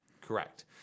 Correct